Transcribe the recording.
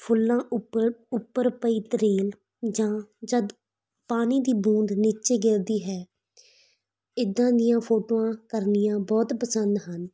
ਫੁੱਲਾਂ ਉੱਪਰ ਉੱਪਰ ਪਈ ਤਰੇਲ ਜਾਂ ਜਦੋਂ ਪਾਣੀ ਦੀ ਬੂੰਦ ਨੀਚੇ ਗਿਰਦੀ ਹੈ ਇੱਦਾਂ ਦੀਆਂ ਫੋਟੋਆਂ ਕਰਨੀਆਂ ਬਹੁਤ ਪਸੰਦ ਹਨ